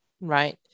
Right